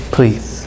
Please